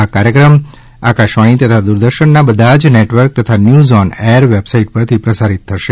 આ કાર્યક્રમ આકાશવાણી તથા દ્રરદર્શનના બધા જ નેટવર્ક તથા ન્યૂઝ ઓન એર વેબસાઈટ ઉપરથી પ્રસારિત કરાશે